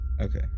Okay